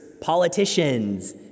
politicians